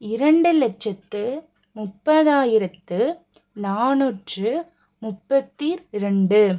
இரண்டு லெட்சத்தி முப்பதாயிரத்தி நானுற்றி முப்பத்திரெண்டு